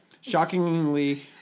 Shockingly